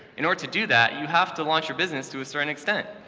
in order to do that, you have to launch your business to a certain extent.